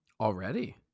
Already